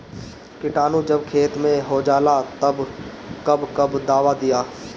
किटानु जब खेत मे होजाला तब कब कब दावा दिया?